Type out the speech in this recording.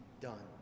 done